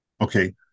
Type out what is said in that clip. Okay